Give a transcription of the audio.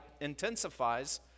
intensifies